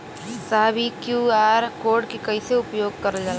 साहब इ QR code के कइसे उपयोग करल जाला?